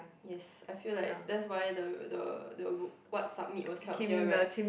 yes I feel like that's why the the the what submit was held here right